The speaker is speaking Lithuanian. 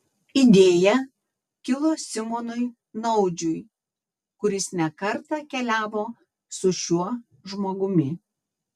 ši idėja kilo simonui naudžiui kuris ne kartą keliavo su šiuo žmogumi